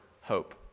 hope